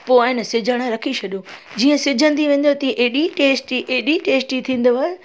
पोइ आहे न सिझणु रखी छॾियो जीअं सिझंदी वेंदव तीअं हेॾी टेस्टी हेॾी टेस्टी थींदव